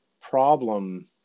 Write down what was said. problem